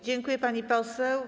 Dziękuję, pani poseł.